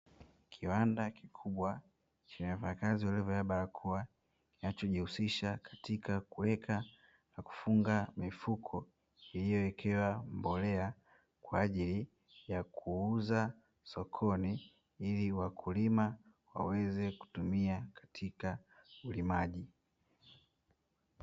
Kiwanda kikubwa chenye wafanyakazi waliovalia barakoa kinachojihusisha katika kuweka na kufunga mifuko. iliyoekewa mbolea kwa ajili ya kuuza sokoni ili wakulima waweze kutumia katika ulimaji.